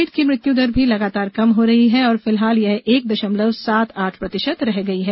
Covid की मृत्यु दर भी लगातार कम हो रही है और फिलहाल यह एक दशमलव सात आठ प्रतिशत रह गई है